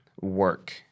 work